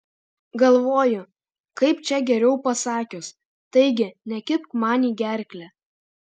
galvoju kaip čia geriau pasakius taigi nekibk man į gerklę